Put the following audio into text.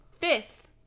fifth